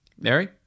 mary